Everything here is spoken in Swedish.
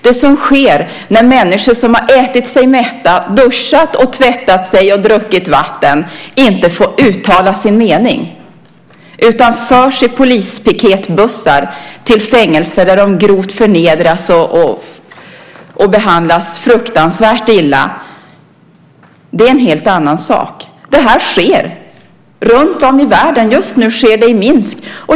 Det som sker när människor som har ätit sig mätta, duschat och tvättat sig och druckit vatten inte får uttala sin mening utan förs i polispiketbussar till fängelser där de grovt förnedras och behandlas fruktansvärt illa är en helt annan sak. Det här sker runtom i världen. Just nu sker det i Minsk.